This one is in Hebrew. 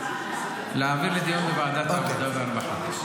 להעביר לדיון בוועדת העבודה והרווחה.